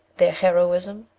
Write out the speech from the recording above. their heroism?